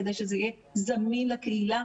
כדי שזה יהיה זמין לקהילה.